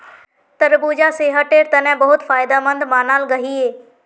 तरबूजा सेहटेर तने बहुत फायदमंद मानाल गहिये